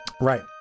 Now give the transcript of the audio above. right